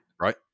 Right